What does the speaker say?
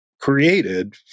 created